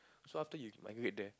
so after you migrate there